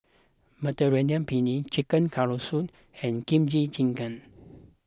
Mediterranean Penne Chicken Casserole and Kimchi Jjigae